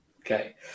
Okay